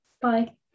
Bye